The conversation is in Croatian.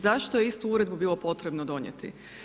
Zašto je istu uredbu bilo potrebno donijeti?